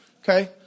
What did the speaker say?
Okay